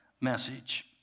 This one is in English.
message